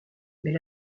mais